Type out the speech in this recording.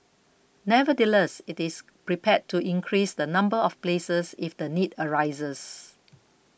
nevertheless it is prepared to increase the number of places if the need arises